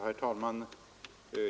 Herr talman!